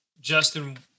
Justin